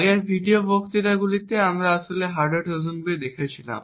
আগের ভিডিও বক্তৃতাগুলিতে আমরা আসলে হার্ডওয়্যার ট্রোজানগুলি দেখেছিলাম